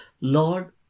Lord